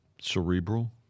cerebral